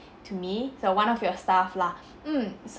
to me it's one of your staff lah mm s~